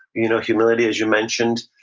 you know humility, as you mentioned,